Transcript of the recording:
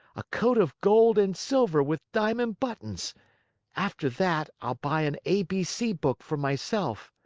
a coat of gold and silver with diamond buttons after that, i'll buy an a b c book for myself.